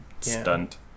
stunt